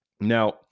Now